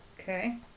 Okay